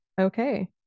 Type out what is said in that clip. Okay